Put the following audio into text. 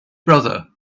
brother